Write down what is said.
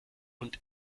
und